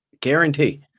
Guarantee